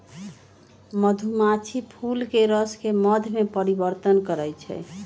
मधुमाछी फूलके रसके मध में परिवर्तन करछइ